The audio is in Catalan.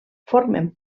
formen